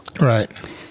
Right